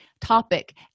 topic